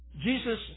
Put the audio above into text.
Jesus